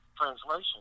translation